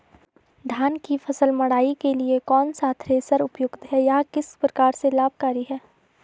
धान की फसल मड़ाई के लिए कौन सा थ्रेशर उपयुक्त है यह किस प्रकार से लाभकारी है?